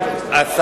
אל תפריז בשבחים,